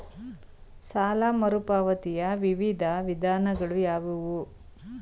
ಸಾಲ ಮರುಪಾವತಿಯ ವಿವಿಧ ವಿಧಾನಗಳು ಯಾವುವು?